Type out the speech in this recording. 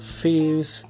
feels